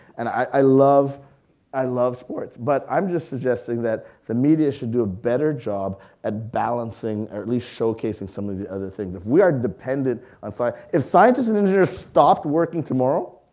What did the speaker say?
and i love i love sports. but i'm just suggesting that the media should do a better job at balancing or at least showcasing some of the the other things. if we are dependent on, so if scientists and engineers stopped working tomorrow,